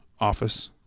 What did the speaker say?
office